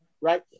right